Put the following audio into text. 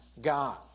God